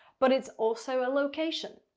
but it's also a location.